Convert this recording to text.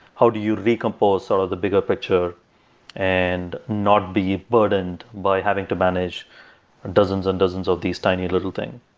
how do you recompose sort of the bigger picture and not be burdened by having to manage and dozens and dozens of these tiny little things.